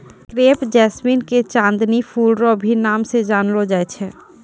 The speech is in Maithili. क्रेप जैस्मीन के चांदनी फूल रो भी नाम से जानलो जाय छै